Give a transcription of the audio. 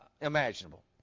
imaginable